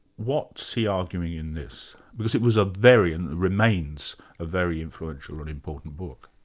what's he arguing in this, because it was a very and remains a very influential and important book.